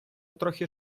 трохи